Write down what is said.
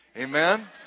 Amen